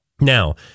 Now